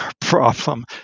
problem